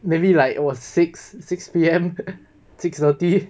maybe like it was six six P_M six thirty